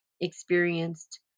experienced